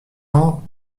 ans